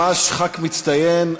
ממש חבר כנסת מצטיין,